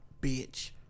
bitch